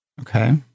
Okay